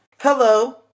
Hello